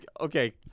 Okay